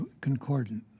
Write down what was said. concordant